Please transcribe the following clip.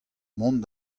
mont